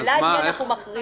השאלה את מי אנחנו מחריגים.